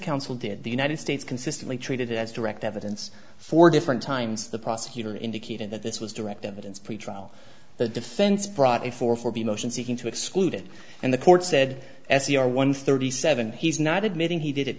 counsel did the united states consistently treated it as direct evidence four different times the prosecutor indicated that this was direct evidence pretrial the defense brought it for for the motion seeking to exclude it and the court said s e r one thirty seven he's not admitting he did it